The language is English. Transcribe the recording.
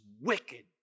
wicked